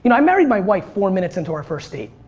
you know i married my wife four minutes in to our first date.